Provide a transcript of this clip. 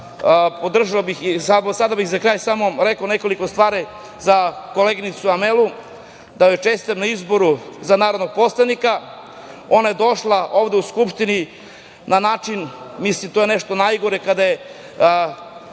o referendumu. Sada bih za kraj samo rekao nekoliko stvari za koleginicu Amelu, da joj čestitam na izboru za narodnog poslanika. Ona je došla ovde u Skupštinu na način, mislim to je nešto najgore, kada je